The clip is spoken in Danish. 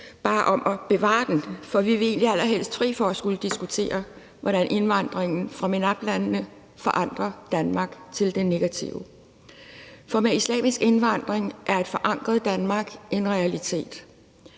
bare at bevare den, for vi vil egentlig allerhelst være fri for at skulle diskutere, hvordan indvandringen fra MENAPT-landene forandrer Danmark til det negative. For med islamisk indvandring er et forandret Danmark en realitet,